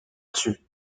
dessus